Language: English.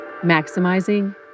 maximizing